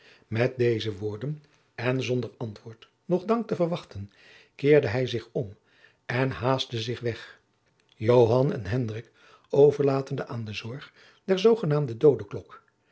met deze woorden eu zonder antwoord noch dank te wachten keerde hij zich om en haastte zich weg joan en hendrik overlatende aan de zorg der zoogenaamde